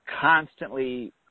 constantly